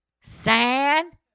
sand